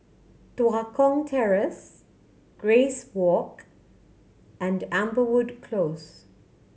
Tua Kong Terrace Grace Walk and Amberwood Close